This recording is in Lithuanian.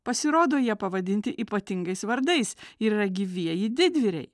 pasirodo jie pavadinti ypatingais vardais yra gyvieji didvyriai